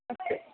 अस्तु